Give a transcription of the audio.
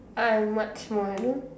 I'm what smarter